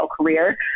career